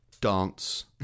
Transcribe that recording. Dance